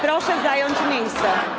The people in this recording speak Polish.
Proszę zająć miejsca.